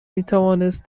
میتوانست